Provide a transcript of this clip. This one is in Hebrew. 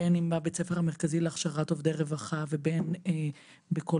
בין אם הבית ספר המרכזי להכשרת עובדי רווחה ובין בכל